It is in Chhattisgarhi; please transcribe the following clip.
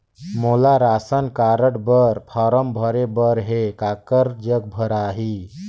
मोला राशन कारड बर फारम भरे बर हे काकर जग भराही?